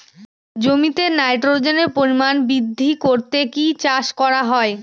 জমিতে নাইট্রোজেনের পরিমাণ বৃদ্ধি করতে কি চাষ করা হয়?